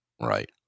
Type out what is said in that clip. Right